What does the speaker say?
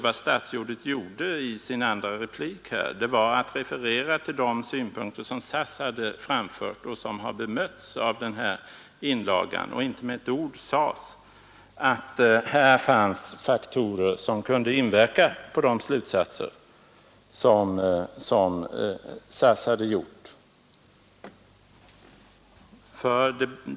Vad statsrådet gjorde i sin andra replik var att referera till de synpunkter som SAS hade anfört och som har bemötts i den här inlagan. Inte med ett ord sades att här fanns faktorer som kunde inverka på de slutsatser som SAS dragit.